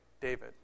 David